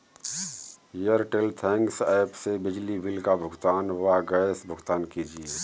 Airtel thanks app से बिजली bill का भुगतान व गैस भुगतान कीजिए